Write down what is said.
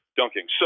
dunking